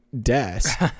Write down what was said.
desk